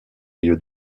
lieu